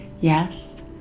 yes